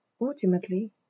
ultimately